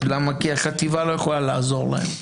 כי החטיבה לא יכולה לעזור להם.